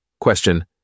Question